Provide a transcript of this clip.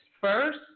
first